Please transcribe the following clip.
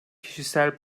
kişisel